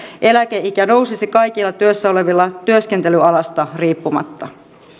eläkeikä nousisi kaikilla työssä olevilla työskentelyalasta riippumatta